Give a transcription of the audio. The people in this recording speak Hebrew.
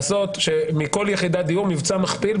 לעשות שמכל יחידת דיור מבצע מכפיל,